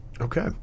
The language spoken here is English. Okay